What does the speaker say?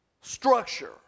structure